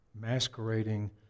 masquerading